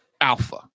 Alpha